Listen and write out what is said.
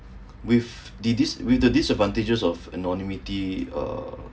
with ti~ this with the disadvantages of anonymity uh